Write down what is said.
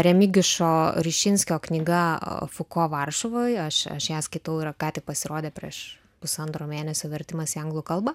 remigišo rišinskio knyga fuko varšuvoj aš aš ją skaitau ką tik pasirodė prieš pusantro mėnesio vertimas į anglų kalbą